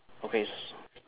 okay s~